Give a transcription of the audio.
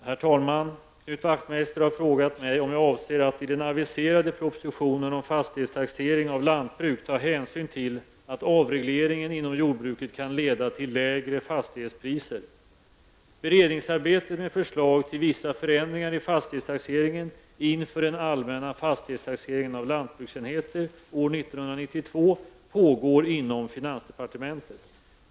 Herr talman! Knut Wachtmeister har frågat mig om jag avser att i den aviserade propositionen om fastighetstaxering av lantbruk ta hänsyn till att avregleringen inom jordbruket kan leda till lägre fastighetspriser. Beredningsarbetet med förslag till vissa förändringar i fastighetstaxeringen inför den allmänna fastighetstaxeringen av lantbruksenheter år 1992 pågår inom finansdepartementet.